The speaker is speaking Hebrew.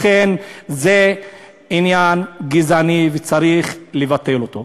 לכן, זה עניין גזעני וצריך לבטל אותו.